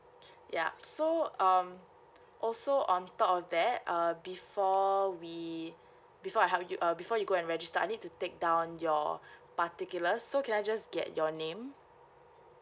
ya so um also on top of that uh before we before I help you uh before you go and register I need to take down your particulars so can I just get your name